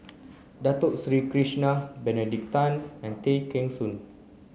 Dato Sri Krishna Benedict Tan and Tay Kheng Soon